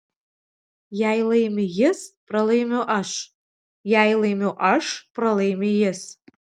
jei laimi jis pralaimiu aš jei laimiu aš pralaimi jis